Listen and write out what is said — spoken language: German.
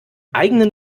eigenen